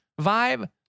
vibe